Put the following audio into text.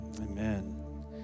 amen